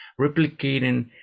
replicating